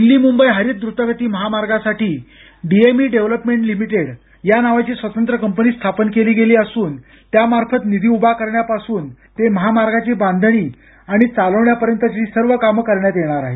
दिल्ली मुंबई हरित द्रतगती महामार्गासाठी डीएमई डेव्हलपमेंट लिमिटेड नावाची स्वतंत्र कंपनी स्थापन केली गेली असून त्यामार्फत निधी उभा करण्यापासून ते महामार्गाची बांधणी आणि चालवण्यापर्यंतच्या सर्व कामंकरण्यात येणार आहेत